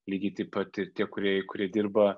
lygiai taip pat tie kūrėjai kurie dirba